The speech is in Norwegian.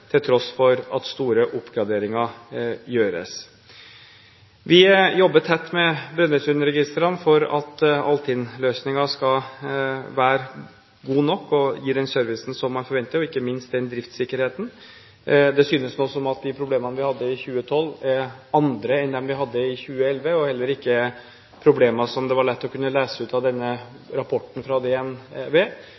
til tross for at store oppgraderinger gjøres. Vi jobber tett med Brønnøysundregistrene for at Altinn-løsningen skal være god nok og gi den servicen man forventer og ikke minst driftssikkerhet. Det synes nå som om at de problemene vi hadde i 2012, er andre enn dem vi hadde i 2011, og heller ikke problemer som det var lett å kunne lese ut av